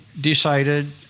decided